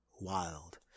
wild